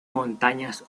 montañas